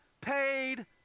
paid